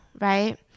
right